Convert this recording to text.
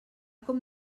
com